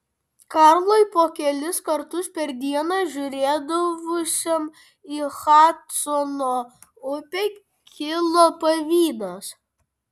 karlui po kelis kartus per dieną žiūrėdavusiam į hadsono upę kilo pavydas